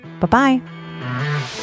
Bye-bye